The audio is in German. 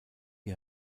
die